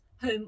home